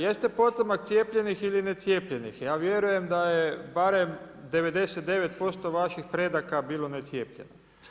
Jeste potomak cijepljenih ili necijepljenih, ja vjerujem da je bar 99% vaših predaka bilo necijepljeno.